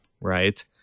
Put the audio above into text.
Right